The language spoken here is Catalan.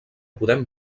podem